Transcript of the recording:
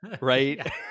right